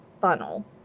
funnel